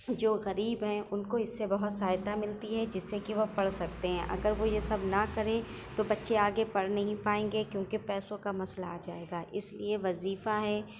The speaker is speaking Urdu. جو غریب ہیں ان کو اس سے بہت سہایتا ملتی ہے جس سے کہ وہ پڑھ سکتے ہیں اگر وہ یہ سب نہ کریں تو بچے آگے پڑھ نہیں پائیں گے کیونکہ پیسوں کا مسئلہ آ جائے گا اس لیے وظیفہ ہے